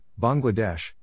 Bangladesh